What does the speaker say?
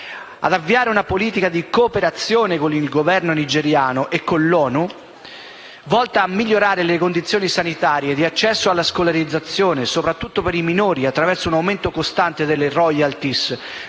ad avviare una politica di cooperazione con il Governo nigeriano e con l'Onu volta a migliorare le condizioni sanitarie e di accesso alla scolarizzazione, soprattutto per i minori, attraverso un aumento costante delle *royalty*